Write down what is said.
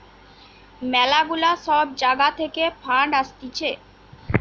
ম্যালা গুলা সব জাগা থাকে ফান্ড আসতিছে